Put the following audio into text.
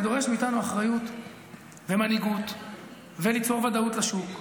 זה דורש מאיתנו אחריות ומנהיגות וליצור ודאות לשוק.